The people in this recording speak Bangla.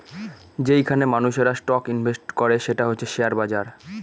যেইখানে মানুষেরা স্টক ইনভেস্ট করে সেটা হচ্ছে শেয়ার বাজার